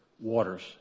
waters